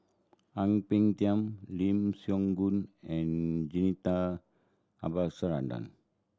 Ang Peng Tiam Lim Siong Gun and Jacintha